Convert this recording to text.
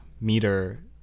meter